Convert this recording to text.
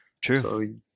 True